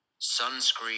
sunscreen